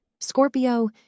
Scorpio